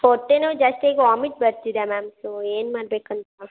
ಹೊಟ್ಟೆ ನೋವು ಜಾಸ್ತಿ ಆಗಿ ವಾಮಿಟ್ ಬರ್ತಿದೆ ಮ್ಯಾಮ್ ಸೊ ಏನು ಮಾಡಬೇಕಂತ